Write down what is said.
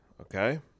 okay